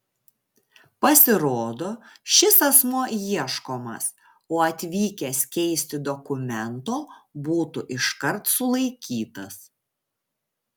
pasirodo šis asmuo ieškomas o atvykęs keisti dokumento būtų iškart sulaikytas